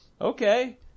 okay